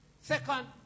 Second